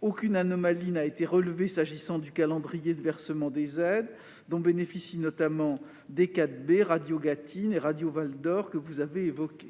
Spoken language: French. Aucune anomalie n'a été relevée s'agissant du calendrier de versement des aides, dont bénéficient notamment la radio D4B, Radio Gâtine et Radio Val d'Or. Dans un